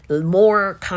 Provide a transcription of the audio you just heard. more